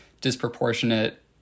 disproportionate